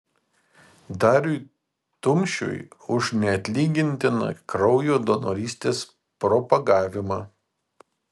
dariui tumšiui už neatlygintiną kraujo donorystės propagavimą